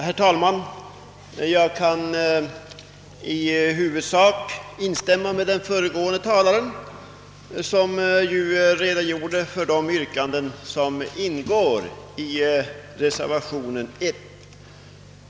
Herr talman! Jag kan i huvudsak instämma i vad den föregående talaren sade. Han redogjorde för de yrkanden som ställs i reservationen 1.